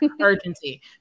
urgency